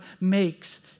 makes